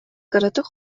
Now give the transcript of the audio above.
кыратык